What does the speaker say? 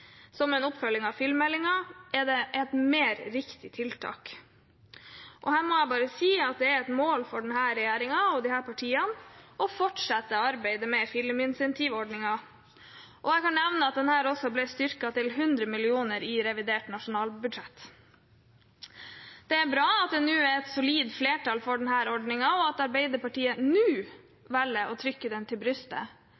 må jeg bare si at det er et mål for regjeringen og disse partiene å fortsette arbeidet med filminsentivordningen. Jeg kan nevne at denne også ble styrket til 100 mill. kr i revidert nasjonalbudsjett. Det er bra at det nå er et solid flertall for denne ordningen, og at Arbeiderpartiet nå